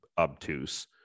Obtuse